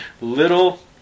little